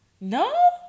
No